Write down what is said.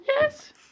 yes